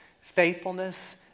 faithfulness